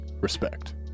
respect